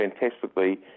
fantastically